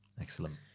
excellent